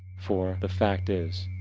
for the fact is,